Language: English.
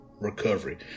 recovery